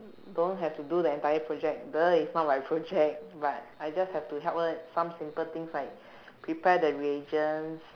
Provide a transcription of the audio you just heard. don't have to do the entire project !duh! it's not my project but I just have to help her some simple things like prepare the reagents